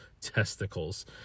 testicles